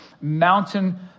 mountain